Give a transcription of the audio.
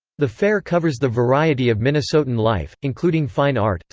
the fair covers the variety of minnesotan life, including fine art,